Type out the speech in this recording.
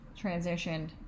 transitioned